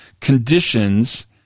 conditions